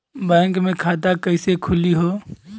Bank मे खाता कईसे खुली हो?